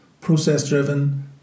process-driven